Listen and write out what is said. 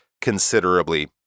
considerably